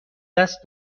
دست